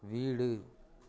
வீடு